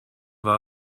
war